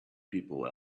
people